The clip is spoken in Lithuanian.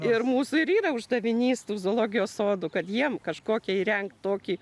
ir mūsų ir yra uždavinys tų zoologijos sodų kad jiem kažkokią įrengt tokį